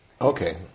Okay